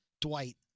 Dwight